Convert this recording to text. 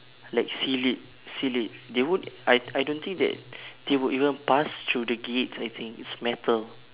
like seal it seal it they won't I I don't think that they would even pass through the gates I think it's metal